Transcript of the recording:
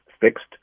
fixed